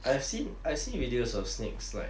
I've seen I've seen videos of snakes like